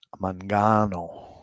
Mangano